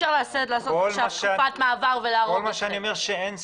אי-אפשר לעשות עכשיו תקופת מעבר --- אני אומר שאין סתירה.